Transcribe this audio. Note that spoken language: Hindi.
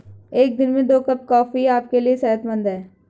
एक दिन में दो कप कॉफी आपके लिए सेहतमंद है